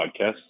podcast